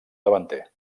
davanter